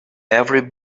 every